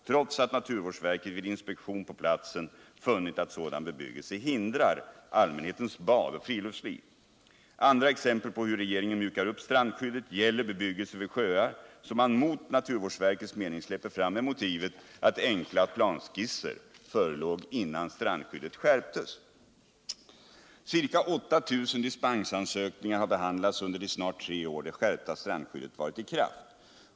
trots att naturvårdsverket vid inspektion på platsen funnit aut sådan bebyggelse hindrar allmänhetens bad och friluftsliv. Andra exempel på hur regeringen mjukar upp strandskyddet gäller bebyggelse vid sjöar som man mot naturvårdsverkets mening släpper fram med motivet att enkla planskisser förelåg innan strandskyddet skärptes. Ca 8000 dispensansökningar har behandlats under de snart tre år det Nr 157 skärpta strandskyddet varit i kraft.